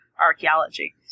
archaeology